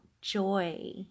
joy